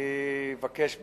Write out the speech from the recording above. אני אבקש בסיום,